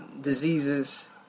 diseases